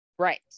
Right